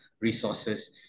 resources